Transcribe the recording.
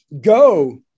go